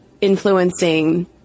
influencing